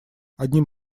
одним